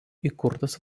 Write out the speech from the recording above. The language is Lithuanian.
įkurtas